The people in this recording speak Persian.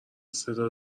صدا